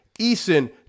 Eason